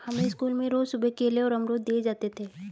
हमें स्कूल में रोज सुबह केले और अमरुद दिए जाते थे